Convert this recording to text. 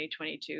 2022